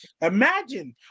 imagine